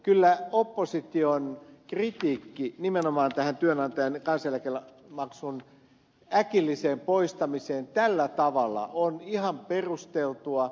kyllä opposition kritiikki nimenomaan työnantajan kansaneläkemaksun äkilliseen poistamiseen tällä tavalla on ihan perusteltua